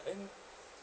then